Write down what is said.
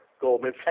Goldman